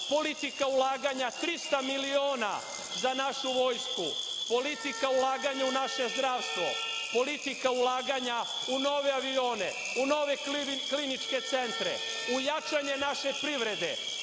politika ulaganja 300 miliona za našu vojsku, politika ulaganja u naše zdravstvo, politika ulaganja u nove avione, u nove kliničke centre, u jačanje naše privrede,